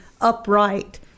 upright